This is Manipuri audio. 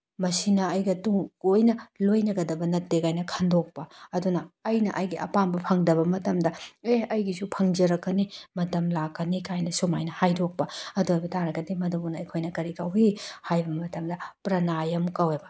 ꯃꯁꯤꯅ ꯑꯩꯒ ꯇꯨꯡ ꯀꯣꯏꯅ ꯂꯣꯏꯅꯒꯗꯕ ꯅꯠꯇꯦ ꯀꯥꯏꯅ ꯈꯟꯗꯣꯛꯄ ꯑꯗꯨꯅ ꯑꯩꯅ ꯑꯩꯒꯤ ꯑꯄꯥꯝꯕ ꯐꯪꯗꯕ ꯃꯇꯝꯗ ꯑꯦ ꯑꯩꯒꯤꯁꯨ ꯐꯪꯖꯔꯛꯀꯅꯤ ꯃꯇꯝ ꯂꯥꯛꯀꯅꯤ ꯀꯥꯏꯅ ꯁꯨꯃꯥꯏꯅ ꯍꯥꯏꯗꯣꯛꯄ ꯑꯗꯨ ꯑꯣꯏꯕ ꯇꯥꯔꯒꯗꯤ ꯃꯗꯨꯕꯨꯅ ꯑꯩꯈꯣꯏꯅ ꯀꯔꯤ ꯀꯧꯋꯤ ꯍꯥꯏꯕ ꯃꯇꯝꯗ ꯄ꯭ꯔꯅꯌꯝ ꯀꯧꯋꯦꯕ